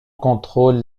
contrôle